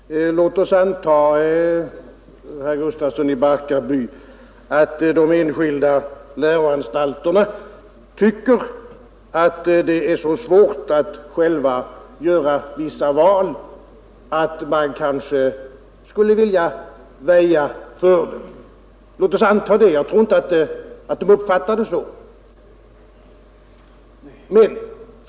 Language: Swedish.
Herr talman! Låt mig anta, herr Gustafsson i Barkarby, att de enskilda läroanstalterna tycker det är så svårt att själv göra vissa val att man kanske skulle vilja väja för det. Jag tror inte de uppfattar det så, men låt oss alltså anta det.